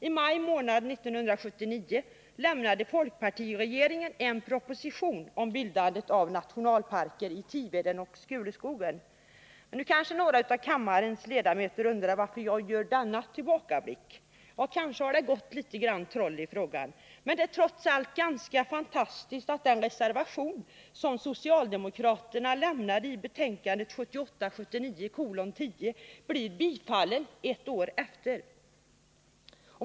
I maj månad 1979 lämnade folkpartiregeringen en proposition om bildande av nationalparker i Tiveden och Skuleskogen. Nu kanske några av kammarens ledamöter undrar varför jag gör denna tillbakablick. Ja, kanske har det gått litet troll i frågan. Men det är trots allt ganska fantastiskt att den reservation som socialdemokraterna fogade till betänkandet 1978/79:10 blir bifallen ett år efter.